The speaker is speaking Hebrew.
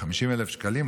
50,000 שקלים,